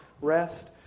rest